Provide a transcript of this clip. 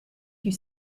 you